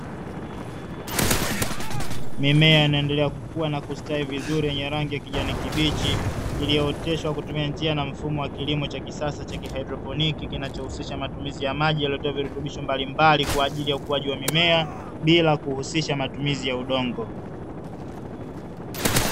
Mimea inaendelea kukua na kustawi vizuri yenye rangi ya kijani kibichi, iliyooteshwa kwa kutumia njia na mfumo wa kilimo cha kisasa cha haidroponi, kinachohusisha matumizi ya maji yaliyotiwa virutubisho mbalimbali kwa ajili ya ukuaji wa mimea, bila kuhusisha matumizi ya udongo.